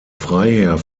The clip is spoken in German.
freiherr